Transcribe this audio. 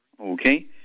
Okay